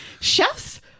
chefs